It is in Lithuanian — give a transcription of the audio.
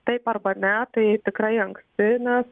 taip arba ne tai tikrai anksti nes